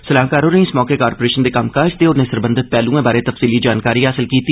सलाहकार होरें इस मौके कारेपोरशन दे कम्मकाज ते होरनें सरबंधत पैहलुएं बारै तफ्सीली जानकारी हासल कीती